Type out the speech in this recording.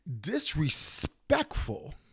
disrespectful